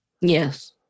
Yes